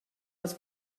les